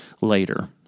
later